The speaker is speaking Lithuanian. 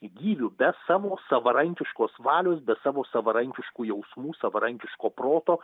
gyvių be savo savarankiškos valios be savo savarankiškų jausmų savarankiško proto